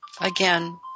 again